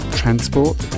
transport